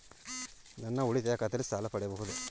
ನನ್ನ ಉಳಿತಾಯ ಖಾತೆಯಲ್ಲಿ ಸಾಲ ಪಡೆಯಬಹುದೇ?